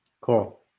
Cool